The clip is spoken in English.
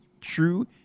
true